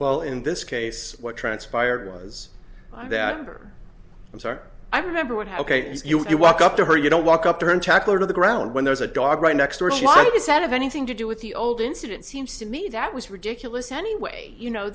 well in this case what transpired was that amber i'm sorry i remember what how you walk up to her you don't walk up to her and tackler to the ground when there's a dog right next door she was had anything to do with the old incident seems to me that was ridiculous anyway you know